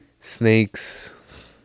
snakes